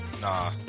Nah